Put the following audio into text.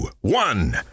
one